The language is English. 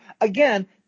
Again